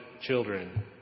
children